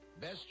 Best